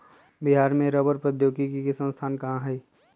बिहार में रबड़ प्रौद्योगिकी के संस्थान कहाँ हई?